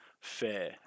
fair